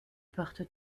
porte